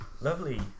Lovely